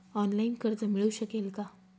Online कर्ज मिळू शकेल का?